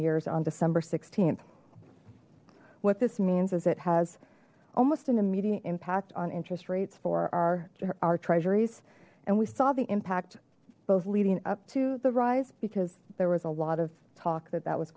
years on december th what this means is it has almost an immediate impact on interest rates for our our treasuries and we saw the impact both leading up to the rise because there was a lot of talk that that was